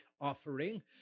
offering